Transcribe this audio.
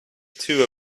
two